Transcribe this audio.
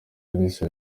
kalisa